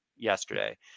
yesterday